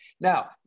Now